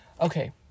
Okay